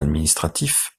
administratif